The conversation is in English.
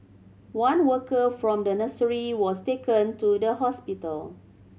one worker from the nursery was taken to the hospital